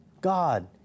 God